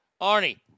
Arnie